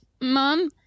Mom